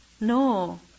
No